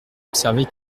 observer